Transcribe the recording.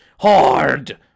HARD